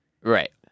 right